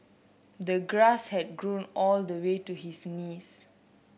the grass had grown all the way to his knees